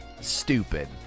stupid